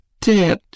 dead